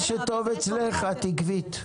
מה שטוב אצלך זה שאת עקבית.